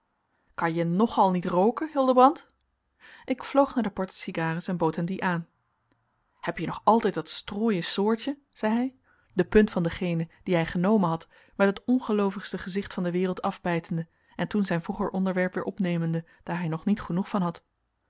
hebben kanje nog al niet rooken hildebrand ik vloog naar den portecigares en bood hem dien aan hebje nog altijd dat strooien soortje zei hij de punt van degene die hij genomen had met het ongeloovigste gezicht van de wereld afbijtende en toen zijn vroeger onderwerp weer opnemende daar hij nog niet genoeg van had